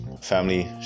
family